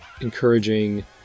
encouraging